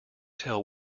tell